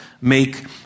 make